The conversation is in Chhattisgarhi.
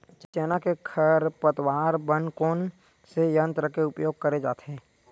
चना के खरपतवार बर कोन से यंत्र के उपयोग करे जाथे?